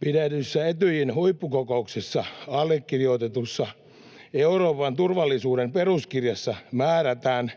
pidetyssä Etyjin huippukokouksessa allekirjoitetussa Euroopan turvallisuuden peruskirjassa määrätään